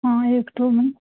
हाँ एक ठू में